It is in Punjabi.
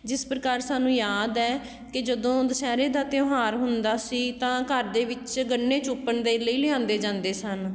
ਜਿਸ ਪ੍ਰਕਾਰ ਸਾਨੂੰ ਯਾਦ ਹੈ ਕਿ ਜਦੋਂ ਦੁਸਹਿਰੇ ਦਾ ਤਿਉਹਾਰ ਹੁੰਦਾ ਸੀ ਤਾਂ ਘਰ ਦੇ ਵਿੱਚ ਗੰਨੇ ਚੂਪਣ ਦੇ ਲਈ ਲਿਆਂਦੇ ਜਾਂਦੇ ਸਨ